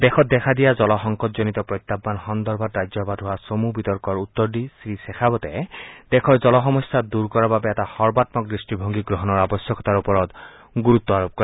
দেশত দেখা দিয়া জলসংকটজনিত প্ৰত্যাহান সন্দৰ্ভত ৰাজ্যসভাত হোৱা চমু বিতৰ্কৰ উত্তৰ দি শ্ৰীশেখাৱতে দেশৰ জলসমস্যা দূৰ কৰাৰ বাবে এটা সৰ্বামক দৃষ্টিভংগী গ্ৰহণৰ আৱশ্যকতাৰ ওপৰত গুৰুত্ব আৰোপ কৰে